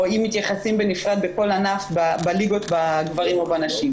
או אם מתייחסים בנפרד בליגות בגברים או נשים,